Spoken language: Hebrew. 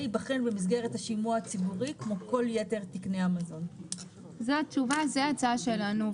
זאת ההצעה שלנו.